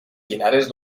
pinares